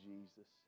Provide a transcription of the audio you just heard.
Jesus